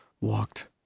walked